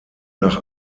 nach